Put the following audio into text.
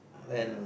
and